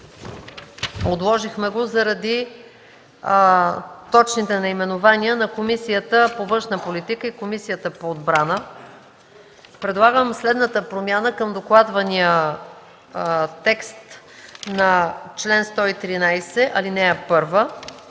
Отложихме го заради точните наименования на Комисията по външна политика и Комисията по отбрана. Предлагам следната промяна към докладвания текст на чл. 113, ал. 1